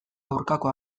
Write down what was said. aurkako